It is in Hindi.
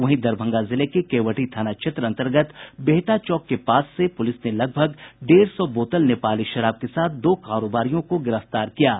वहीं दरभंगा जिले के केवटी थाना क्षेत्र अंतर्गत बेहटा चौक के पास पुलिस ने लगभग डेढ़ सौ बोतल नेपाली शराब के साथ दो कारोबारियों को गिरफ्तार किया है